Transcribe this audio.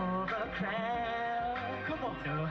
oh no